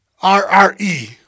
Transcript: r-r-e